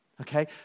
Okay